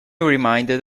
reminded